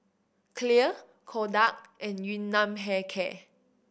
Clear Kodak and Yun Nam Hair Care